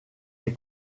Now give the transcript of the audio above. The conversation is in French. est